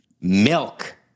Milk